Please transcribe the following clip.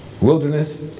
Wilderness